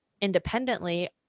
independently